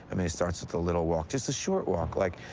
i mean, it starts with a little walk. just a short walk, like.